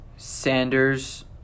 Sanders